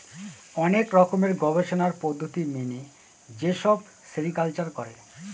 অনেক রকমের গবেষণার পদ্ধতি মেনে যেসব সেরিকালচার করে